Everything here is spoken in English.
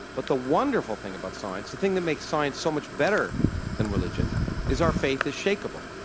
but the wonderful thing about science, the thing that makes science so much better than religion is our faith is shakable.